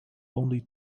only